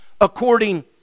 according